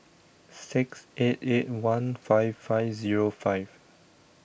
six eight eight one five five Zero five